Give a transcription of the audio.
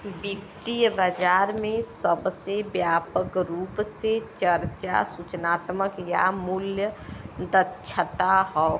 वित्तीय बाजार में सबसे व्यापक रूप से चर्चा सूचनात्मक या मूल्य दक्षता हौ